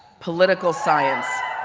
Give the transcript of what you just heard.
political science.